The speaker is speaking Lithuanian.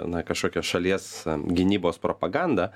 na kažkokią šalies gynybos propaganda